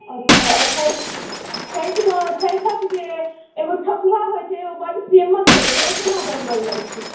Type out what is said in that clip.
अच्छा आओर छठि छठिमे छठिके जे एगो ठकुआ होइ छै ओ बड़ फेमस होइ छै ओ कोना बनओल जाइ छै